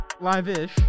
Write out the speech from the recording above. live-ish